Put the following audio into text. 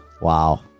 Wow